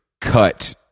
cut